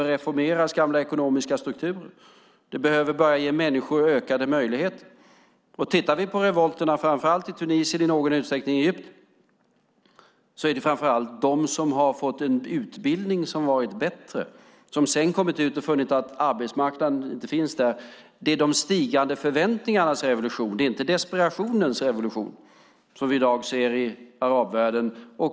Gamla ekonomiska strukturer behöver reformeras. Man behöver börja ge människor ökade möjligheter. Tittar vi på revolterna framför allt i Tunisien och i någon utsträckning i Egypten handlar det framför allt om dem som har fått en bättre utbildning och som sedan har kommit ut och funnit att arbetsmarknaden inte finns där. Det är de stigande förväntningarnas revolution, inte desperationens revolution, som vi i dag ser i arabvärlden.